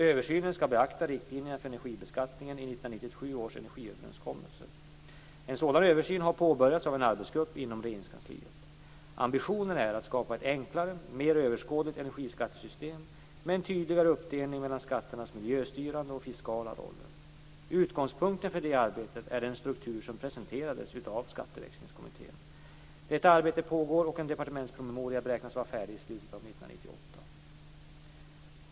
Översynen skall beakta riktlinjerna för energibeskattningen i 1997 års energiöverenskommelse. En sådan översyn har påbörjats av en arbetsgrupp inom Regeringskansliet. Ambitionen är att skapa ett enklare och mer överskådligt energiskattesystem med en tydligare uppdelning mellan skatternas miljöstyrande och fiskala roller. Utgångspunkten för det arbetet är den struktur som presenterades av Skatteväxlingskommittén. Detta arbete pågår, och en departementspromemoria beräknas vara färdig i slutet av 1998.